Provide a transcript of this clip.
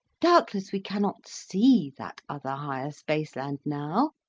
doubtless we cannot see that other higher spaceland now,